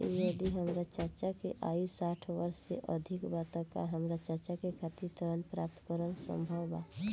यदि हमार चाचा के आयु साठ वर्ष से अधिक बा त का हमार चाचा के खातिर ऋण प्राप्त करना संभव बा?